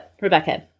Rebecca